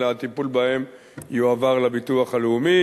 אלא הטיפול בהם יועבר לביטוח הלאומי,